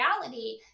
reality